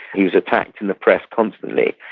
he was attacked in the press constantly.